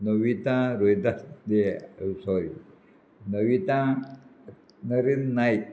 Navita Rohita sorry Navita Narendra Naik